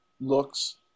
looks